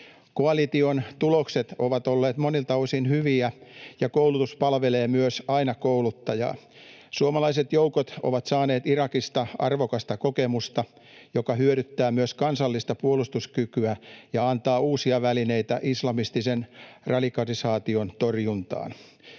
Koalition tulokset ovat olleet monilta osin hyviä, ja koulutus palvelee myös aina kouluttajaa. Suomalaiset joukot ovat saaneet Irakista arvokasta kokemusta, joka hyödyttää myös kansallista puolustuskykyä ja antaa uusia välineitä islamistisen radikalisaation torjuntaan.